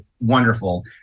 wonderful